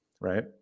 right